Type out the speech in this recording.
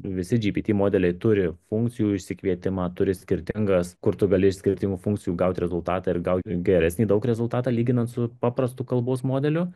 visi gpt modeliai turi funkcijų išsikvietimą turi skirtingas kur tu gali iš skirtingų funkcijų gaut rezultatą ir gauti geresnį daug rezultatą lyginant su paprastu kalbos modeliu